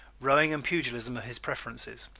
rowing and pugilism are his preferences.